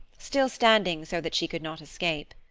still standing so that she could not escape.